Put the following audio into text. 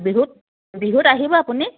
বিহুত বিহুত আহিব আপুনি